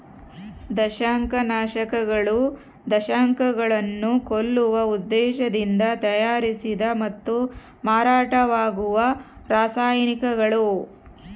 ದಂಶಕನಾಶಕಗಳು ದಂಶಕಗಳನ್ನು ಕೊಲ್ಲುವ ಉದ್ದೇಶದಿಂದ ತಯಾರಿಸಿದ ಮತ್ತು ಮಾರಾಟವಾಗುವ ರಾಸಾಯನಿಕಗಳು